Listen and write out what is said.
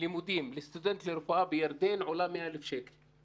לימודים לסטודנט לרפואה בירדן עולה 100,000 שקל.